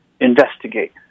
investigate